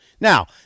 Now